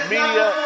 Media